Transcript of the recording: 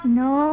no